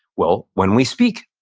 well, when we speak,